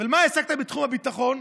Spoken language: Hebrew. מה השגתם בתחום הביטחון?